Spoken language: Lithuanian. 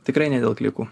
tikrai ne dėl klikų